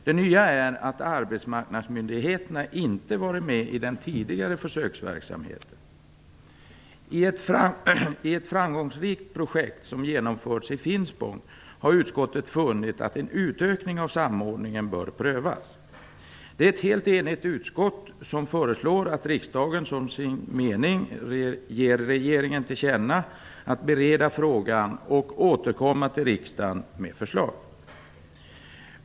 Det nya är att arbetsmarknadsmyndigheterna inte varit med i den tidigare försöksverksamheten. Efter ett framgångsrikt projekt som genomförts i Finspång har utskottet funnit att en utökning av samordningen bör prövas. Det är ett helt enigt utskott som föreslår att riksdagen som sin mening ger regeringen till känna att den vill att regeringen skall bereda frågan och återkomma till riksdagen med förslag.